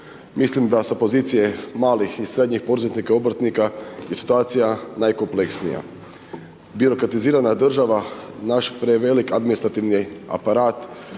Mislim da sa pozicije malih i srednjih poduzetnika i obrtnika je situacija najkompleksnija. Birokratizirana država, naš prevelik administrativni aparat,